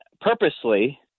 purposely